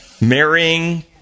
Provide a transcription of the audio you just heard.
Marrying